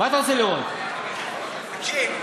תקשיב,